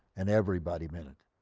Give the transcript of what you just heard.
and everybody meant